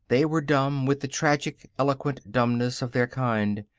they were dumb with the tragic, eloquent dumbness of their kind.